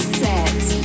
set